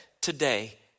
today